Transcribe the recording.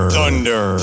Thunder